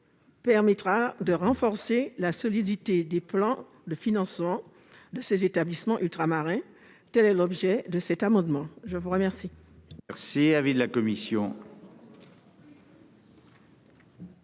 permettra de renforcer la solidité des plans de financement des établissements ultramarins. Tel est l'objet de cet amendement. Quel